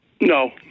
No